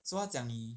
so 他讲你